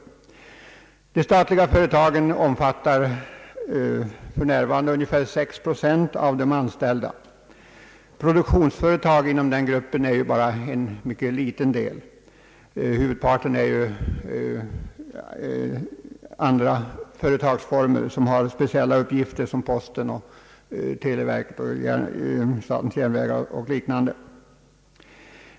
De statliga företagen sysselsätter för närvarande ungefär 6 procent av alla anställda. Produktionsföretag inom denna grupp utgör bara en mycket liten del. Huvudparten är företag med speciella uppgifter såsom posten, televerket, statens järnvägar etc.